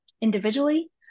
individually